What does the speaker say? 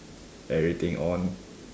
everything on